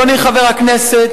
אדוני חבר הכנסת,